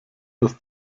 dass